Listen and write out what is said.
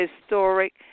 Historic